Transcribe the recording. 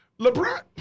LeBron